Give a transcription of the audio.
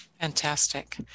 Fantastic